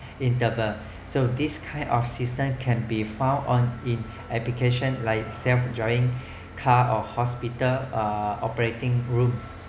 intervene so this kind of system can be found on in application like self driving car or hospital uh operating rooms